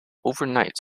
overnight